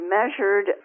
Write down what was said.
measured